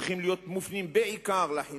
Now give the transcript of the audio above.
צריכים להיות מופנים בעיקר לחינוך,